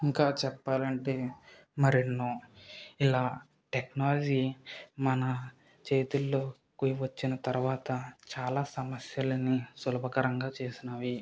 ఇంకా చెప్పాలంటే మరెన్నో ఇలా టెక్నాలజీ మన చేతుల్లో కి వచ్చిన తరువాత చాలా సమస్యలని సులభకరంగా చేసినవి